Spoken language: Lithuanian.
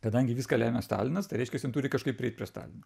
kadangi viską lemia stalinas tai reiškias jin turi kažkaip prieit prie stalino